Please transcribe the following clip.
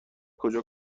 کجا